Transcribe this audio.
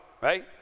right